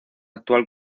actual